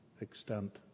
extent